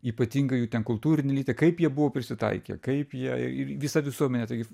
ypatingai jų ten kultūrinį lygį kaip jie buvo prisitaikę kaip jie i visa visuomenė taigi